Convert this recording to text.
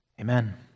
Amen